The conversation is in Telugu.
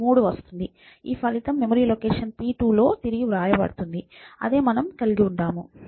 ఈ ఫలితం మెమరీ లొకేషన్ p2లో తిరిగి వ్రాయబడుతుంది అదే మనం కలిగి ఉంటాయి